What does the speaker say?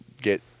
get